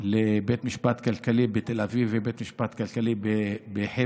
לבית המשפט הכלכלי בתל אביב ולבית המשפט הכלכלי בחיפה,